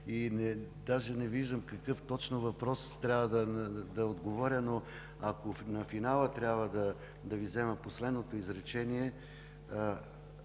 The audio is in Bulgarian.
и даже не виждам на какъв точно въпрос трябва да отговарям, но ако на финала трябва да взема последното Ви изречение